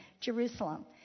Jerusalem